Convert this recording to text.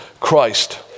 Christ